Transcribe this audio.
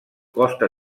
costa